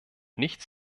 nicht